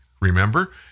Remember